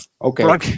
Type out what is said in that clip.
okay